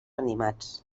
animats